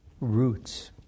roots